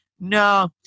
no